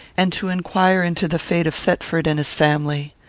and to inquire into the fate of thetford and his family.